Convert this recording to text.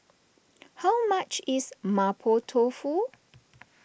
how much is Mapo Tofu